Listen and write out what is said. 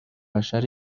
بشر